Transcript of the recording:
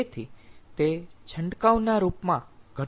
તેથી તે છંટકાવના રૂપમાં ઘટી જશે